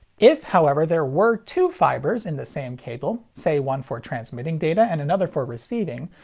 if, however, there were two fibers in the same cable, say one for transmitting data and another for receiving,